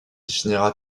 finira